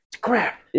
Crap